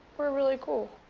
we're really cool.